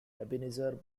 ebenezer